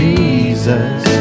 Jesus